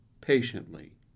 Patiently